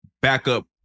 backup